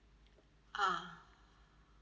ah